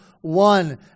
one